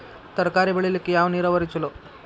ತರಕಾರಿ ಬೆಳಿಲಿಕ್ಕ ಯಾವ ನೇರಾವರಿ ಛಲೋ?